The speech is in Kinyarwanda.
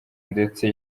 ndetse